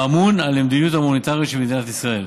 האמון על המדיניות המוניטרית של מדינת ישראל.